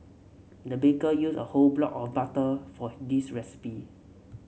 the baker used a whole block or butter for this recipe